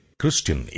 Christian